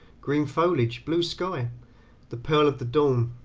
green foliage, blue sky the pearl of the dawn,